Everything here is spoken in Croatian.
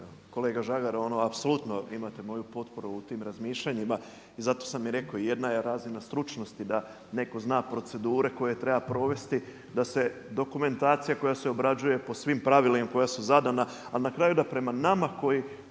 Kolega Žagar ono apsolutno imate moju potporu u tim razmišljanjima zato sam i rekao jedna je razina stručnosti da neko zna procedure koje treba provesti da se dokumentacija koja se obrađuje po svim pravilima koja su zadana a na kraju da prema nama koji